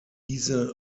diese